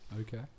Okay